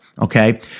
Okay